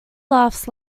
laughs